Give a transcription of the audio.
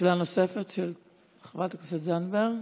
שאלה נוספת לחברת הכנסת זנדברג.